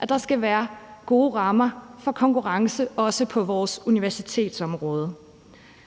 at der skal være gode rammer for konkurrence også på vores universitetsområde.